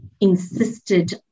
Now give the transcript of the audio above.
insisted